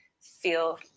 feel